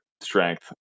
strength